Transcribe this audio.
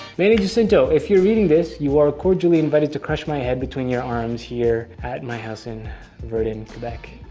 manny jacinto if you're reading this you are cordially invited to crush my head between your arms here at my house in verdun, quebec.